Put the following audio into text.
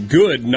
good